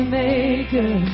maker